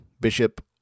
Bishop